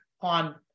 on